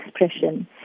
expression